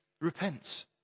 repent